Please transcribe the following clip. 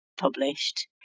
published